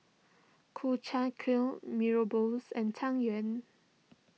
Ku Chai Kuih Mee Rebus and Tang Yuen